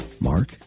Mark